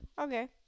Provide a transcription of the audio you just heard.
Okay